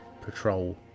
patrol